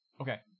Okay